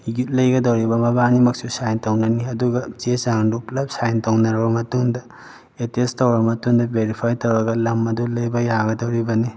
ꯂꯩꯒꯗꯧꯔꯤꯕ ꯃꯕꯥꯅꯤꯃꯛꯁꯨ ꯁꯥꯏꯟ ꯇꯧꯅꯅꯤ ꯑꯗꯨꯒ ꯆꯦ ꯆꯥꯡꯗꯨ ꯄꯨꯜꯂꯞ ꯁꯥꯏꯟ ꯇꯧꯔꯕ ꯃꯇꯨꯡꯗ ꯑꯦꯇꯦꯁ ꯇꯧꯔꯕ ꯃꯇꯨꯡꯗ ꯕꯦꯔꯤꯐꯥꯏꯠ ꯇꯧꯔꯒ ꯂꯝ ꯑꯗꯨ ꯂꯩꯕ ꯌꯥꯒꯗꯧꯔꯤꯕꯅꯤ